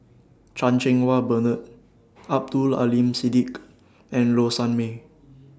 Chan Cheng Wah Bernard Abdul Aleem Siddique and Low Sanmay